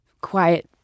quiet